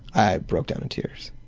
i broke down in tears.